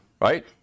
right